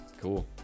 Cool